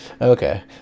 Okay